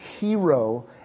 hero